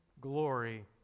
glory